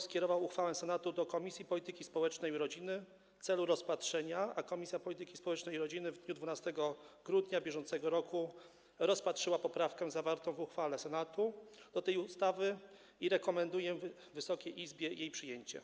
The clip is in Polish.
skierował uchwałę Senatu do Komisji Polityki Społecznej i Rodziny w celu rozpatrzenia, a Komisja Polityki Społecznej i Rodziny w dniu 12 grudnia br. rozpatrzyła poprawkę zawartą w uchwale Senatu do tej ustawy i rekomenduje Wysokiej Izbie jej przyjęcie.